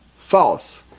false!